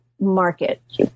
market